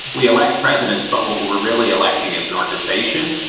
we elect presidents, but what we're we're really electing is an organization.